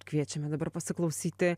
kviečiame dabar pasiklausyti